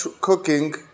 cooking